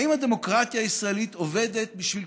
האם הדמוקרטיה הישראלית עובדת בשביל